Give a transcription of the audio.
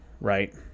right